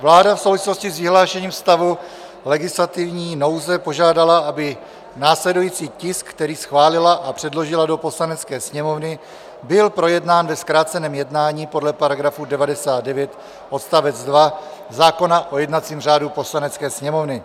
Vláda v souvislosti s vyhlášením stavu legislativní nouze požádala, aby následující tisk, který schválila a předložila do Poslanecké sněmovny, byl projednán ve zkráceném jednání podle § 99 odst. 2, zákona o jednacím řádu Poslanecké sněmovny.